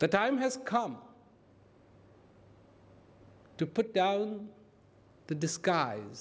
the time has come to put down the disguise